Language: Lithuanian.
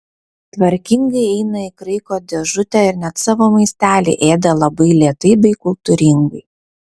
tvarkingai eina į kraiko dėžutę ir net savo maistelį ėda labai lėtai bei kultūringai